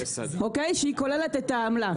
שהיא כוללת את העמלה.